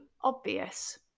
obvious